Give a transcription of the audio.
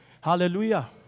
Hallelujah